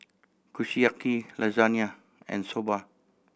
Kushiyaki Lasagne and Soba